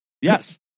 yes